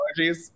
allergies